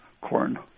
corn